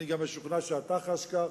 אני גם משוכנע שאתה חש כך,